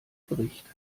bricht